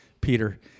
Peter